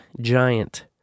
Giant